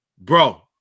Bro